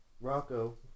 Rocco